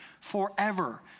forever